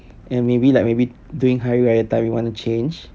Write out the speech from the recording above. and maybe like maybe during hari raya time we wanna change